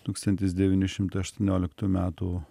tūkstantis devyni šimtai aštuonioliktų metų